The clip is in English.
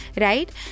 right